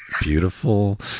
beautiful